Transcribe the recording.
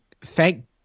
thank